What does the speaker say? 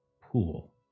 pool